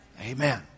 Amen